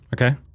Okay